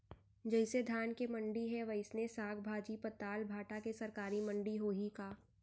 जइसे धान के मंडी हे, वइसने साग, भाजी, पताल, भाटा के सरकारी मंडी होही का?